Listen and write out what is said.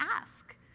ask